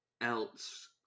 else